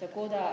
izklop